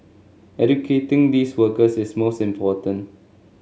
educating these workers is most important